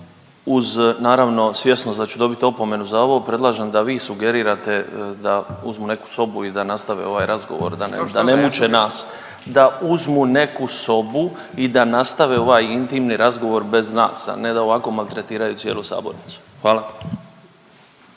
Uz naravno svjesnost da ću dobiti opomenu za ovo predlažem da vi sugerirate da uzmu neku sobu i da nastave ovaj razgovor, da ne muče nas. …/Upadica Radin: Što? Što?/… Da uzmu neku sobu i da nastave ovaj intimni razgovor bez nas, a ne da ovako maltretiraju cijelu sabornicu. Hvala.